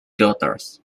daughters